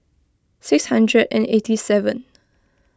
six hundred and eighty seven